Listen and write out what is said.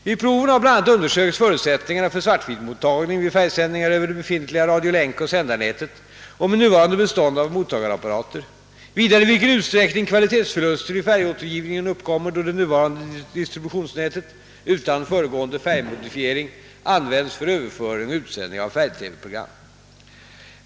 Vid proven har bl.a. undersökts förutsättningarna för svart-vitmottagning vid färgsändningar över det befintliga radiolänkoch sändarnätet och med nuvarande bestånd av mottagarapparater, vidare i vilken utsträckning kvalitetsförluster i färgåtergivningen uppkommer, då det nuvarande distributionsnätet — utan föregående färgmodifiering — används för överföring och utsändning av färg-TV-program.